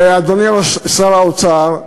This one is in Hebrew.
אדוני שר האוצר,